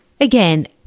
Again